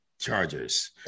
Chargers